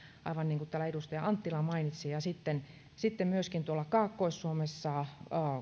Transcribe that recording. aivan niin kuin täällä edustaja anttila mainitsi ja sitten sitten kaakkois suomessa